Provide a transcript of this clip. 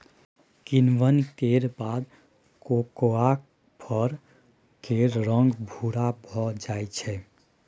किण्वन केर बाद कोकोआक फर केर रंग भूरा भए जाइ छै